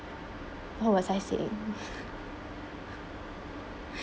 what I was saying